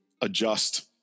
adjust